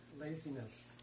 Laziness